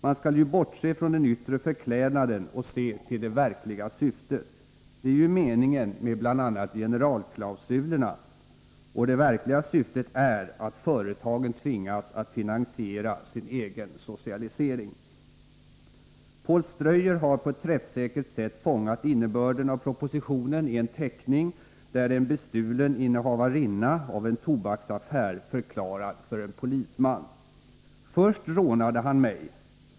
Man skall ju bortse från den yttre förklädnaden och se till det verkliga syftet. Det är ju meningen med bl.a. generalklausulerna. Och det verkliga syftet är att företagen tvingas att finansiera sin egen socialisering. Poul Ströyer har på ett träffsäkert sätt fångat innebörden av propositionen ien teckning där en bestulen innehavarinna av en tobaksaffär förklarar för en polisman: ”Först rånade han mig.